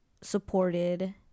supported